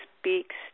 speaks